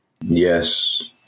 Yes